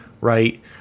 right